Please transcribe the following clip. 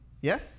Yes